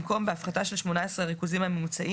במקום "בהפחתה של 18 הריכוזים הממוצעים